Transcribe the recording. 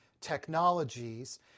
technologies